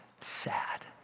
sad